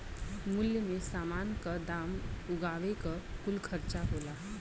मूल्य मे समान क दाम उगावे क कुल खर्चा होला